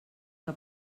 que